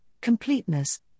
completeness